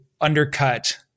undercut